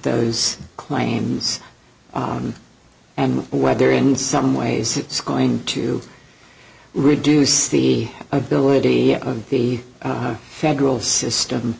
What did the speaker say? those claims on and whether in some ways it's going to reduce the ability of the federal system